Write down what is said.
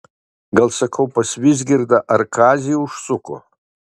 gal sakau pas vizgirdą ar kazį užsuko